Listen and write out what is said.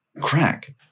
crack